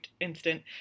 instant